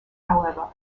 however